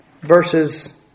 Verses